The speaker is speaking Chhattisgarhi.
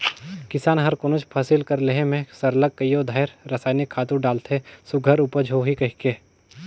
किसान हर कोनोच फसिल कर लेहे में सरलग कइयो धाएर रसइनिक खातू डालथे सुग्घर उपज होही कहिके